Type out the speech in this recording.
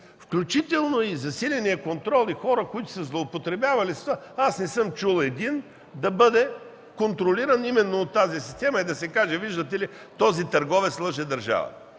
включително засиления контрол и хора, които са злоупотребявали. Не съм чул и един да бъде контролиран от тази система и да се каже: „Видите ли, този търговец лъже държавата“.